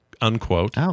unquote